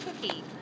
cookie